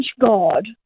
God